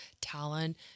talent